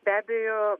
be abejo